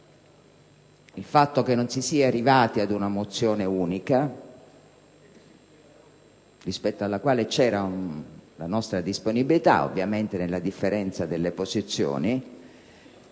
il fatto che non si sia arrivati a una mozione unica (rispetto alla quale vi era la nostra disponibilità, ovviamente nella differenza delle posizioni),